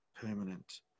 permanent